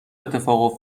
اتفاق